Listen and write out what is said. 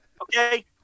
Okay